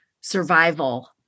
survival